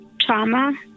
trauma